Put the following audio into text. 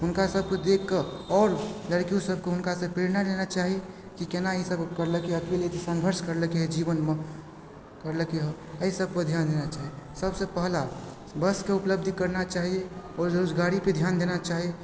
हुनका सबके देखके आओर लड़कियो सबके हुनकासँ प्रेरणा लेना चाही जे केना ई सब करलकइ अकेले अते सङ्घर्ष करलकइ जीवनमे करलकइ हइ अइ सबपर ध्यान देना चाही सबसँ पहिला बसके उपलब्धि करना चाही आओर रोजगारीके ध्यान देना चाही